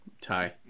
tie